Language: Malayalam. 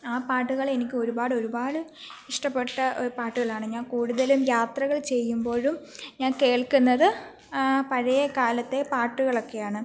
ആ പാട്ടുകൾ എനിക്ക് ഒരുപാട് ഒരുപാട് ഇഷ്ടപ്പെട്ട പാട്ടുകളാണ് ഞാൻ കൂടുതലും യാത്രകൾ ചെയ്യുമ്പോഴും ഞാൻ കേൾക്കുന്നത് പഴയ കാലത്തെ പാട്ടുകളൊക്കെയാണ്